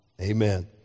Amen